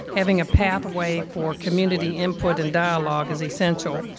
having a pathway for community input and dialogue is essential.